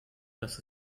dass